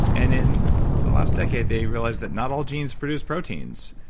and in the last decade, they realized that not all genes produce proteins.